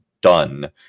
done